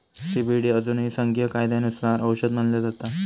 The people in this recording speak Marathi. सी.बी.डी अजूनही संघीय कायद्यानुसार औषध मानला जाता